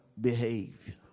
behavior